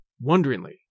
wonderingly